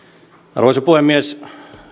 arvoisa puhemies